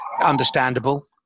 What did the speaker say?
understandable